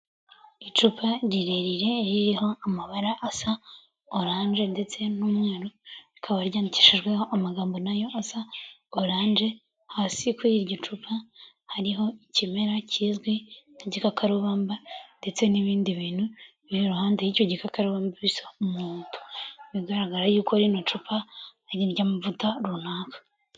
Icupa rirerire ririho amabara asa oranjendetse n'umweru, rikaba ryandikishijweho amagambo nayo asa oranje, hasi kuri iryo cupa hariho ikimera kizwi nk'igikakarubamba ndetse n'ibindi bintu biri iruhande y'icyo gikakarubamba bisa umuhondo, bigaragara y'uko rino cupa ari iry'amavuta runaka.